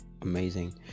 amazing